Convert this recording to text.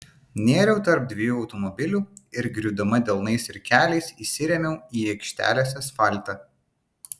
nėriau tarp dviejų automobilių ir griūdama delnais ir keliais įsirėmiau į aikštelės asfaltą